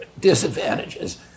disadvantages